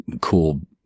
cool